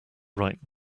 right